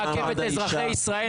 אלקין --- מעכב את אזרחי ישראל.